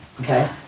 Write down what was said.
okay